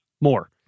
more